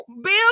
bill